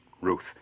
Ruth